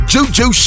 Juju